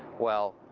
well,